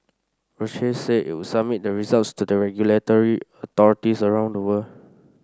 Roche said it would submit the results to the regulatory authorities around the world